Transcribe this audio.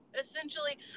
essentially